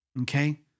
okay